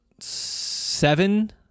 seven